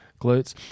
glutes